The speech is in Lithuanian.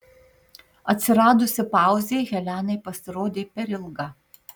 atsiradusi pauzė helenai pasirodė per ilga